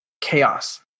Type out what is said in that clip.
chaos